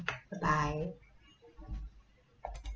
bye bye